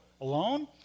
alone